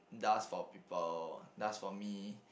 does for people does for me